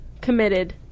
committed